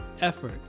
effort